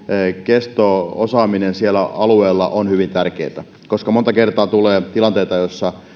kesto osaaminen siellä alueella ovat hyvin tärkeitä koska monta kertaa tulee tilanteita joissa